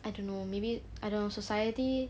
I don't know maybe I don't know society